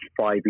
five